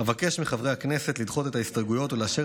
אבקש מחברי הכנסת לדחות את ההסתייגויות ולאשר